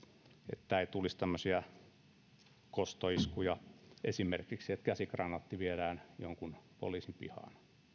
että ei tulisi tämmöisiä kostoiskuja esimerkiksi niin että käsikranaatti viedään jonkun poliisin pihaan